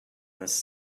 this